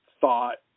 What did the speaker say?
thought